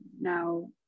now